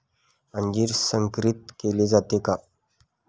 अंजीर संकरित केले जाते का?